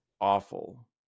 awful